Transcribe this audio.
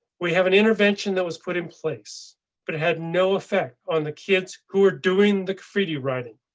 we have an intervention that was put in place but it had no effect on the kids who are doing the graffiti writing.